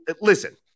listen